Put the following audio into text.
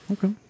Okay